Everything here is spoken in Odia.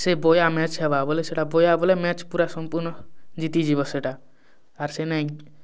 ସେ ବୟା ମ୍ୟାଚ୍ ହବା ବୋଲେ ସେଇଟା ବୟା ବୋଲେ ମ୍ୟାଚ୍ ପୁରା ସମ୍ପୂର୍ଣ୍ଣ ଜିତିଯିବ ସେଇଟା ଆର୍ ସେଇନେ